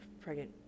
pregnant